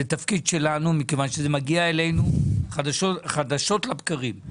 זה תפקיד שלנו מכיוון שזה מגיע אלינו חדשות לבקרים.